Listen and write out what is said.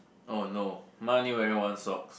oh no mine only wearing one socks